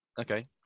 okay